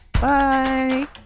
Bye